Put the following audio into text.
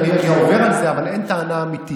אני עובר על זה, אבל אין טענה אמיתית.